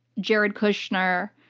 jared kushner,